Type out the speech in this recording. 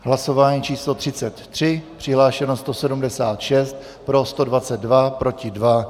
Hlasování číslo 33, přihlášeno je 176, pro 122, proti 2.